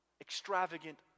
Extravagant